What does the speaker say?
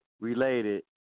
related